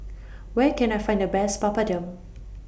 Where Can I Find The Best Papadum